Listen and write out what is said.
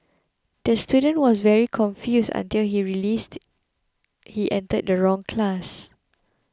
the student was very confused until he released he entered the wrong class